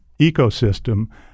ecosystem